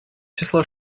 число